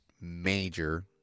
major